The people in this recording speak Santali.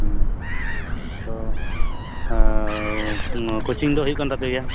ᱛᱚ ᱠᱳᱪᱤᱝ ᱫᱚ ᱦᱩᱭᱩᱜ ᱠᱟᱱ ᱛᱟᱯᱮ ᱜᱮᱭᱟ